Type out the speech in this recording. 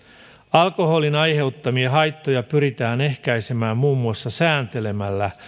alkoholin aiheuttamia haittoja pyritään ehkäisemään muun muassa sääntelemällä